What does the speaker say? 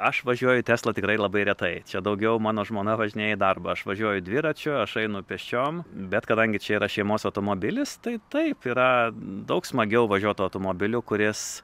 aš važiuoju tesla tikrai labai retai čia daugiau mano žmona važinėja į darbą aš važiuoju dviračiu aš einu pėsčiom bet kadangi čia yra šeimos automobilis tai taip yra daug smagiau važiuot automobiliu kuris